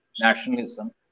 nationalism